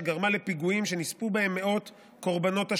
שגרמה לפיגועים שנספו בהם מאות 'קורבנות השלום'